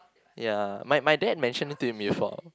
ya my my dad mention it to me before